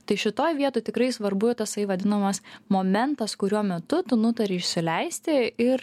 tai šitoj vietoj tikrai svarbu tasai vadinamas momentas kurio metu tu nutarei suleisti ir